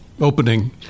opening